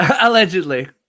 Allegedly